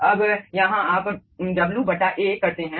अब यहाँ आप W बटा A करते हैं